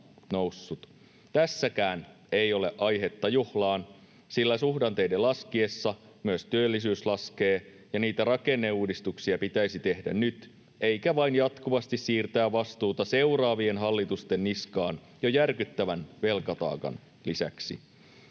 Tässäkään ei ole aihetta juhlaan, sillä suhdanteiden laskiessa myös työllisyys laskee, ja niitä rakenneuudistuksia pitäisi tehdä nyt eikä vain jatkuvasti siirtää vastuuta seuraavien hallitusten niskaan jo järkyttävän velkataakan lisäksi.